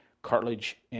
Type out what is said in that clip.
Cartilage